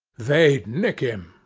they'd nick him.